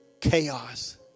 chaos